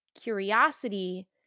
Curiosity